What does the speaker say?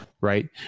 right